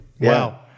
wow